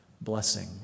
blessing